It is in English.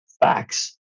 facts